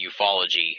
ufology